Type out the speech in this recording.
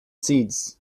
seeds